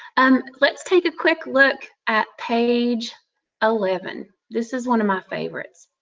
um let's take a quick look at page eleven. this is one of my favorites.